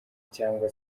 cyangwa